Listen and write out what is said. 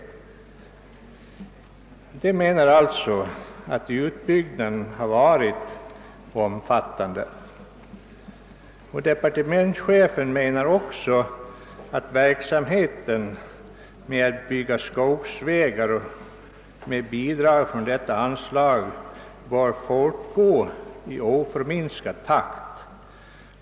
Styrelsen menar alltså att utbyggnaden har varit omfattande. Departementschefen anser att verksamheten med att bygga skogsvägar med bidrag från ifrågavarande anslag bör fortgå i oförminskad takt.